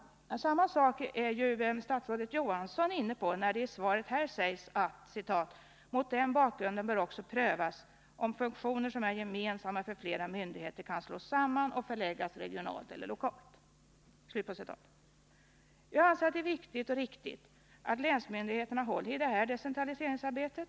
Samma sak är statsrådet Johansson inne på, när han säger i svaret: ”Mot den bakgrunden bör också prövas om funktioner som är gemensamma för flera myndigheter kan slås samman och förläggas regionalt eller lokalt.” Jag anser att det är viktigt och riktigt att länsmyndigheterna håller i det här decentraliseringsarbetet.